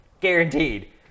Guaranteed